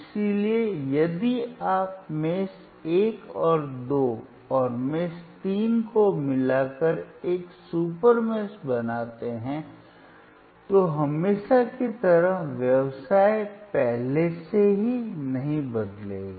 इसलिए यदि आप मेष 1 और 2 और मेष 3 को मिलाकर एक सुपर मेष बनाते हैं तो हमेशा की तरह व्यवसाय पहले से नहीं बदलेगा